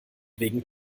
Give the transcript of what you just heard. wegen